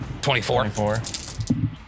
24